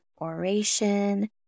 oration